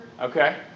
Okay